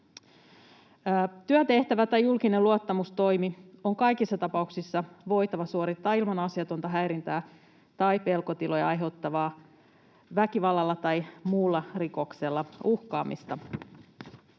Työtehtävä tai julkinen luottamustoimi on kaikissa tapauksissa voitava suorittaa ilman asiatonta häirintää tai pelkotiloja aiheuttavaa väkivallalla tai muulla rikoksella uhkaamista.”